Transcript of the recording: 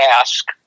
ask